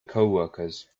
coworkers